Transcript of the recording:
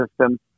system